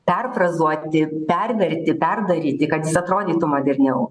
perfrazuoti perdaryti perdaryti kad jis atrodytų moderniau